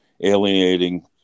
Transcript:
alienating